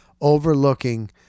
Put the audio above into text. overlooking